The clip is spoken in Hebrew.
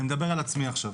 אני מדבר על עצמי עכשיו,